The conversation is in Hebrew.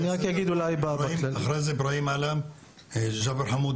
אחרי זה ג'בר חמוד,